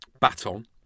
baton